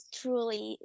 truly